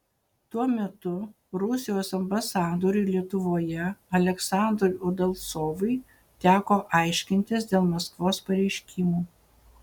tuo metu rusijos ambasadoriui lietuvoje aleksandrui udalcovui teko aiškintis dėl maskvos pareiškimų